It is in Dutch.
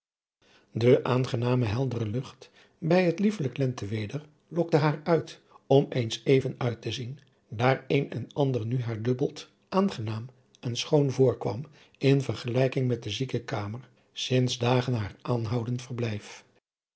de aangename heldere lucht bij het liefelijk lenteweder lokte haar uit om eens even uit te zien daar een en ander nu haar dubbeld aangenaam en schoon voorkwam in vergelijking met de ziekekamer finds dagen haar aanhoudend verblijf